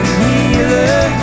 healer